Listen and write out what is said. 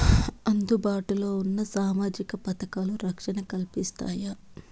అందుబాటు లో ఉన్న సామాజిక పథకాలు, రక్షణ కల్పిస్తాయా?